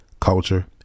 culture